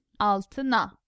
altına